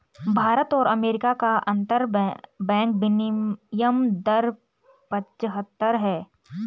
भारत और अमेरिका का अंतरबैंक विनियम दर पचहत्तर है